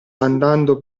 andando